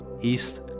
East